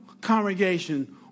congregation